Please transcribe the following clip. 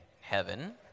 Heaven